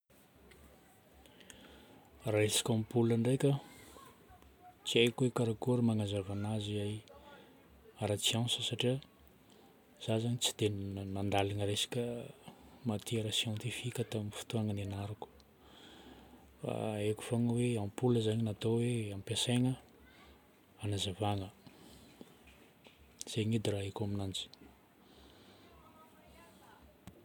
Raha resaka ampoule ndraika, tsy haiko hoe karakory magnazava ananjy ara-tsiasa satria za zagny tsy dia nandalina resaka matières scientifiques tamin'ny fotoagna niagnarako. Fa haiko fôgna hoe ampoule zagny natao hoe ampiasaigna hagnazavana. Zagny edy raha haiko aminanjy.